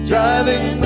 Driving